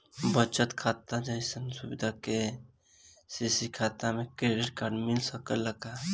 बचत खाता जइसन सुविधा के.सी.सी खाता में डेबिट कार्ड के मिल सकेला का?